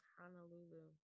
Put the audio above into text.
Honolulu